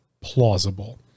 plausible